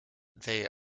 they